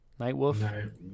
Nightwolf